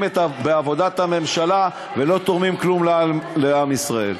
בעבודת הממשלה ולא תורמים כלום לעם ישראל.